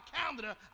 calendar